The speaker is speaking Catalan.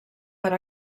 per